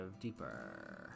deeper